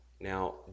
Now